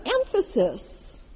emphasis